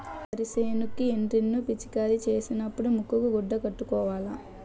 వరి సేనుకి ఎండ్రిన్ ను పిచికారీ సేసినపుడు ముక్కుకు గుడ్డ కట్టుకోవాల